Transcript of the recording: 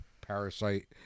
parasite